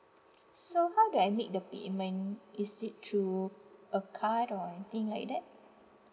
so how do I make the payment is it through a card or anything like that